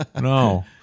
no